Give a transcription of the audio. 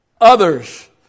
Others